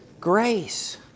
Grace